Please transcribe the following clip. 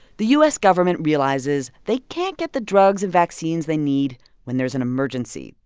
the u s. government realizes they can't get the drugs and vaccines they need when there's an emergency.